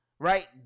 right